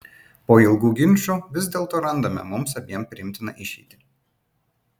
po ilgų ginčų vis dėlto randame mums abiem priimtiną išeitį